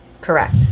Correct